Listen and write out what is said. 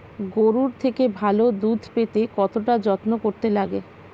গরুর থেকে ভালো দুধ পেতে কতটা যত্ন করতে লাগে